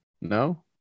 no